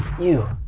you,